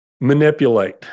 manipulate